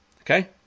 Okay